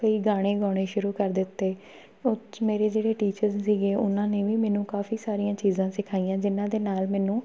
ਕਈ ਗਾਣੇ ਗਾਉਣੇ ਸ਼ੁਰੂ ਕਰ ਦਿੱਤੇ ਉਹ 'ਚ ਮੇਰੇ ਜਿਹੜੇ ਟੀਚਰਜ਼ ਸੀਗੇ ਉਹਨਾਂ ਨੇ ਵੀ ਮੈਨੂੰ ਕਾਫ਼ੀ ਸਾਰੀਆਂ ਚੀਜ਼ਾਂ ਸਿਖਾਈਆਂ ਜਿਨ੍ਹਾਂ ਦੇ ਨਾਲ ਮੈਨੂੰ